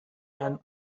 and